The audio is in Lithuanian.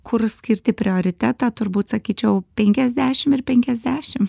kur skirti prioritetą turbūt sakyčiau penkiasdešim ir penkiasdešim